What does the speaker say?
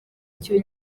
cyo